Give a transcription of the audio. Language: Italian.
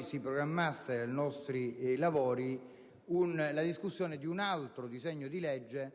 si programmi nei nostri lavori la discussione di un altro disegno di legge,